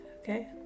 okay